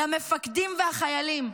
למפקדים ולחיילים,